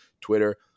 Twitter